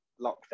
lockdown